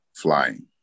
Flying